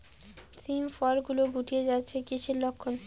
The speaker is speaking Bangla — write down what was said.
শিম ফল গুলো গুটিয়ে যাচ্ছে কিসের লক্ষন?